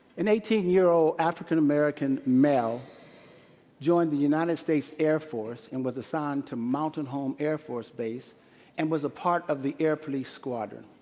an eighteen year old, african-american male joined the united states air force and was assigned to mountain home air force base and was a part of the air police squadron.